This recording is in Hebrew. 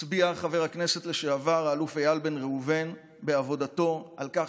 חבר הכנסת לשעבר האלוף איל בן ראובן הצביע בעבודתו על כך